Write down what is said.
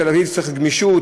בתל-אביב צריך גמישות,